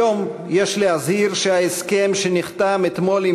היום יש להזהיר שההסכם שנחתם אתמול עם